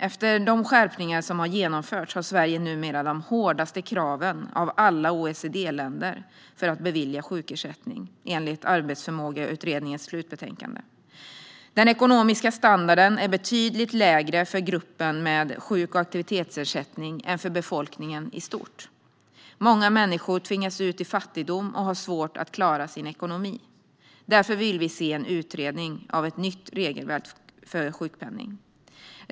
Efter de skärpningar som har genomförts har Sverige numera de hårdaste kraven av alla OECD-länder för att bevilja sjukersättning, enligt Arbetsförmågeutredningens slutbetänkande. Den ekonomiska standarden är betydligt lägre för gruppen med sjuk och aktivitetsersättning än för befolkningen i stort. Många människor tvingas ut i fattigdom och har svårt att klara sin ekonomi. Därför vill vi se en utredning av ett nytt regelverk för sjukpenning.